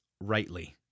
rightly